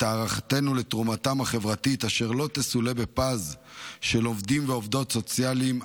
הערכתנו לתרומתם החברתית אשר לא תסולא בפז של עובדים ועובדות סוציאליים,